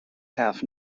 half